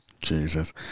Jesus